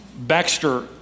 Baxter